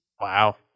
Wow